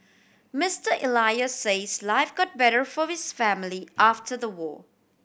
Mister Elias says life got better for his family after the war